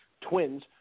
Twins